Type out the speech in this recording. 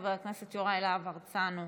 חבר הכנסת יוראי להב הרצנו,